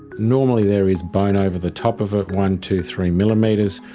normally there is bone over the top of it, one, two, three millimetres,